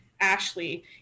Ashley